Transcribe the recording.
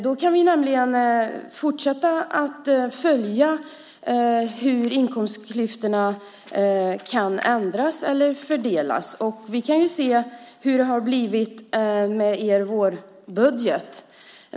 Då kan vi nämligen fortsätta att följa hur inkomstklyftorna kan ändras och hur fördelningen kan ske. Vi kan se hur det har blivit med er vårbudget.